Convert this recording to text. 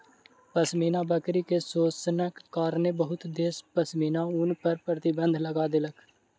पश्मीना बकरी के शोषणक कारणेँ बहुत देश पश्मीना ऊन पर प्रतिबन्ध लगा देलक